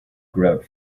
grout